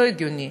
לא הגיוני.